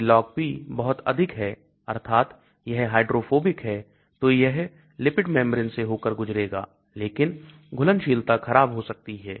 यदि LogP बहुत अधिक है अर्थात यह हाइड्रोफोबिक है तो यह lipid membrane से होकर गुजरेगा लेकिन घुलनशीलता खराब हो सकती है